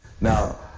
Now